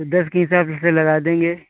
तो दस के हिसाब से लगा देंगे